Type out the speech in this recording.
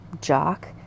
jock